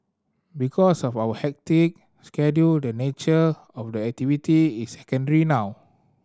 because of our hectic schedule the nature of the activity is secondary now